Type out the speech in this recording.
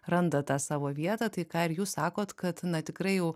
randa tą savo vietą tai ką ir jūs sakot kad tikrai jau